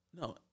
No